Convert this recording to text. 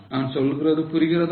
நான் சொல்றது புரியுதா